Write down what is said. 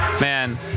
Man